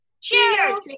cheers